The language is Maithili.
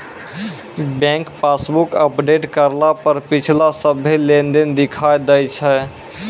बैंक पासबुक अपडेट करला पर पिछला सभ्भे लेनदेन दिखा दैय छै